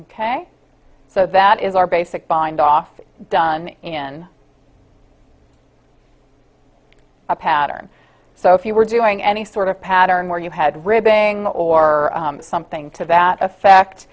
ok so that is our basic bindoff done in a pattern so if you were doing any sort of pattern where you had ribbing or something to that